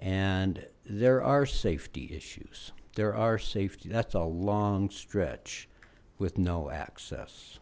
and there are safety issues there are safety that's a long stretch with no access